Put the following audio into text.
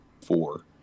four